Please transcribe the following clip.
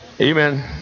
amen